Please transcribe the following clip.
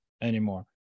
anymore